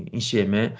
insieme